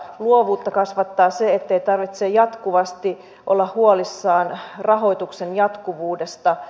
luovuutta kasvattaa se ettei tarvitse jatkuvasti olla huolissaan rahoituksen jatkuvuudesta